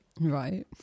right